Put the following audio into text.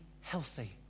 healthy